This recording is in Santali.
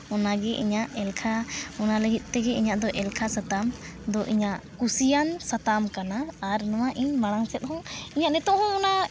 ᱚᱱᱟᱜᱮ ᱤᱧᱟᱹᱜ ᱮᱞᱠᱷᱟ ᱚᱱᱟ ᱞᱟᱹᱜᱤᱫ ᱛᱮᱜᱮ ᱤᱧᱟᱹᱜ ᱫᱚ ᱮᱞᱠᱷᱟ ᱥᱟᱛᱟᱢ ᱫᱚ ᱤᱧᱟᱹᱜ ᱠᱩᱥᱤᱭᱟᱱ ᱥᱟᱛᱟᱢ ᱠᱟᱱᱟ ᱟᱨ ᱱᱚᱣᱟ ᱤᱧ ᱢᱟᱲᱟᱝ ᱥᱮᱫᱦᱚᱸ ᱤᱧᱟᱹᱜ ᱱᱤᱛᱳᱜ ᱦᱚᱸ ᱚᱱᱟ